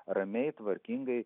ramiai tvarkingai